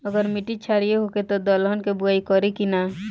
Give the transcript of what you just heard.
अगर मिट्टी क्षारीय होखे त दलहन के बुआई करी की न?